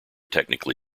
technically